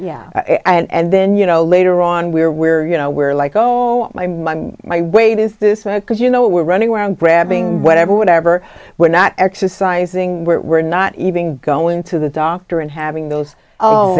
yeah and then you know later on we're we're you know we're like oh my my weight is this because you know we're running around grabbing whatever whatever we're not exercising we're not even going to the doctor and having those